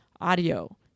audio